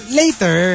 later